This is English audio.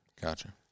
Gotcha